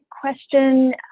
question